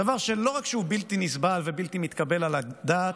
דבר שלא רק שהוא בלתי נסבל ובלתי מתקבל על הדעת,